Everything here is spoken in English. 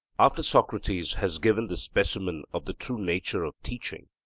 after socrates has given this specimen of the true nature of teaching,